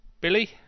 Billy